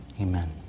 Amen